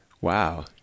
Wow